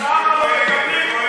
זאת גזענות ובושה.